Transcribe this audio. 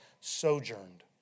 sojourned